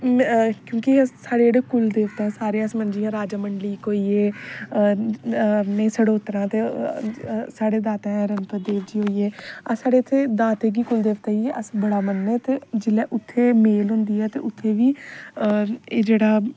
क्योंकि साढ़े जेहडे़ कुलदेबता सारे अस जियां राजा मंडलीक होई गे में सडोत्रा ते साढ़े दाता रणपत देब जी होई गे साढ़े इत्थ दाता गी कुलदेबते गी अस बड़ा मन्नेने ते जिसले उत्थै मेल होंदी ते उत्थै बी ऐ जेहड़ा